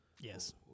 Yes